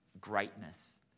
greatness